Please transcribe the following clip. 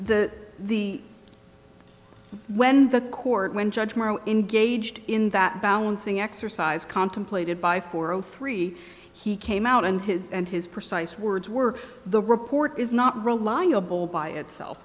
the the when the court when judge morrow engaged in that balancing exercise contemplated by four o three he came out and his and his precise words were the report is not reliable by itself